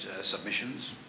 submissions